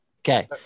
Okay